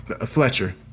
Fletcher